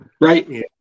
Right